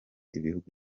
ibihugu